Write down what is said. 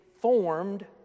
formed